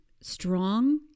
strong